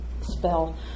spell